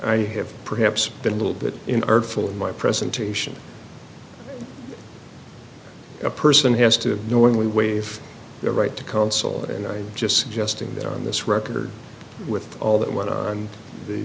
i have perhaps been a little bit in earth full in my presentation a person has to knowingly waive their right to counsel and i just suggesting that on this record with all that went on the